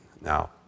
now